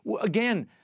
again